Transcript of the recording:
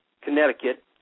Connecticut